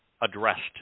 addressed